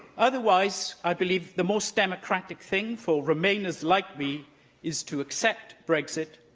otherwise, i believe the most democratic thing for remainers like me is to accept brexit,